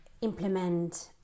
implement